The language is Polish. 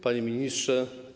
Panie Ministrze!